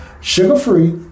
sugar-free